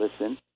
listen